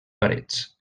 parets